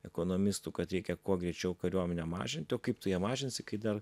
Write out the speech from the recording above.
ekonomistų kad reikia kuo greičiau kariuomenę mažinti o kaip tu ją mažinsi kai dar